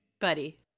buddy